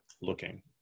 looking